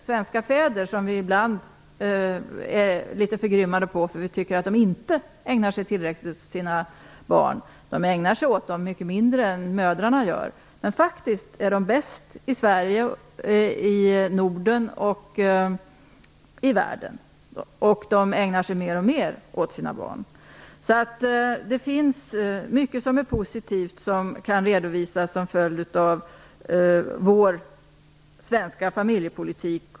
Svenska fäder, som vi ibland är litet förgrymmade på därför att vi tycker att de inte ägnar sig tillräckligt åt sina barn, ägnar sig visserligen mycket mindre åt barnen än vad mödrarna gör, men de är faktiskt bäst i Norden och i världen, och de ägnar sig mer och mer åt sina barn. Det finns alltså mycket som är positivt som kan redovisas som följd av vår svenska familjepolitik.